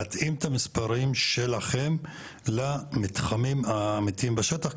להתאים את המספרים שלכם למתחמים האמיתיים בשטח,